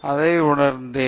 அதை நான் உணர்ந்தேன்